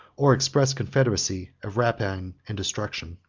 or express, confederacy of rapine and destruction.